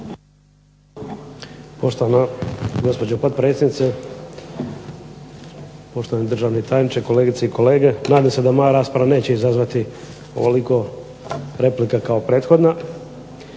(SDP)** Gospođo potpredsjednice, poštovani državni tajniče, kolegice i kolege. Nadam se da moja rasprava neće izazvati ovoliko replika koliko i prethodna.